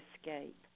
escape